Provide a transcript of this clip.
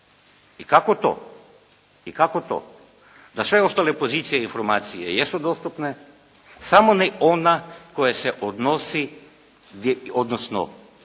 proračuna i kako to da sve ostale pozicije i informacije jesu dostupne samo ne ona koja se odnosi, odnosno